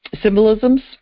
symbolisms